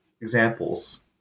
examples